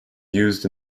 used